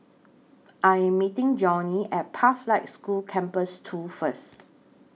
I Am meeting Johnnie At Pathlight School Campus two First